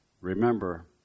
Remember